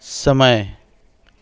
समय